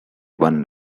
one